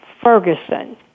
Ferguson